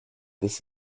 this